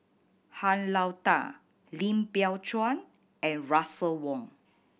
Han Lao Da Lim Biow Chuan and Russel Wong